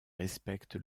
respecte